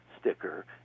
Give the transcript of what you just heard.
sticker